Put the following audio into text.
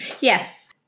Yes